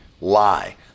lie